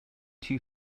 too